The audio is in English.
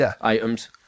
items